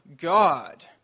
God